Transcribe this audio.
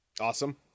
Awesome